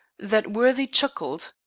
that worthy chuckled.